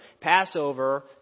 Passover